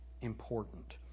important